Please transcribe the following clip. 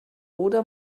oder